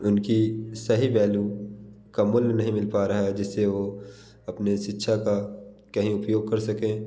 उनकी सही वैल्यू का मूल्य नहीं मिल पा रहा है जिससे वो अपनी शिक्षा का कहीं उपयोग कर सकें